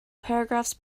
paragraphs